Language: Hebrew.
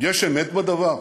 יש אמת בדבר?